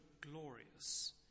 glorious